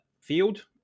field